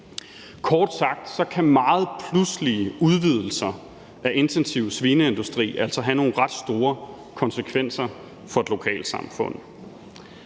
Kort sagt kan meget pludselige udvidelser af intensiv svineindustri altså have nogle ret store konsekvenser for et lokalsamfund.